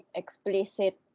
explicit